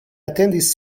atentis